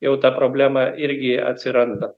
jau ta problema irgi atsiranda